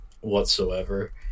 whatsoever